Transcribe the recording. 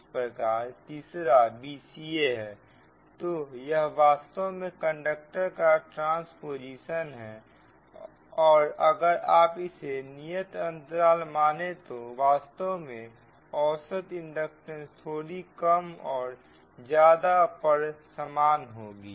इसी प्रकार तीसरा b c a है तो यह वास्तव में कंडक्टर का ट्रांस्पोजिशन है और अगर आप इसे नियत अंतराल माने तो वास्तव में औसत इंडक्टेंस थोड़ी कम और ज्यादा पर समान होगी